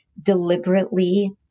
deliberately